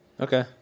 Okay